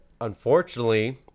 unfortunately